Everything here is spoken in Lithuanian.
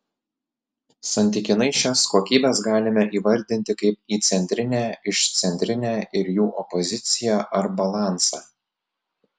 santykinai šias kokybes galime įvardinti kaip įcentrinę išcentrinę ir jų opoziciją ar balansą